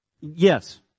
Yes